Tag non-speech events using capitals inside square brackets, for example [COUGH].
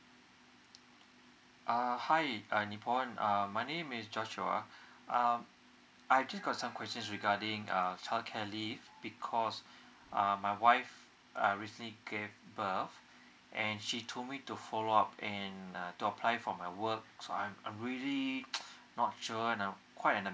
uh hi uh mee pong um my name is joshua um I just got some questions regarding uh childcare leave because um my wife recently gave birth and she told me to follow up and to apply for my work so I'm I'm really [NOISE] not sure and quite um